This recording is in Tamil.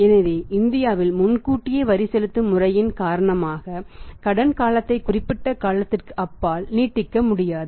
எனவே இந்தியாவில் முன்கூட்டியே வரி செலுத்தும் முறையின் காரணமாக கடன் காலத்தை குறிப்பிட்ட காலத்திற்குப் அப்பால் நீட்டிக்க முடியாது